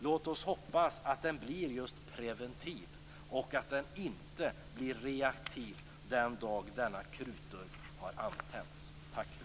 Låt oss hoppas att den blir just preventiv och att den inte blir reaktiv den dag denna krutdurk har antänts.